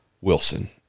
wilson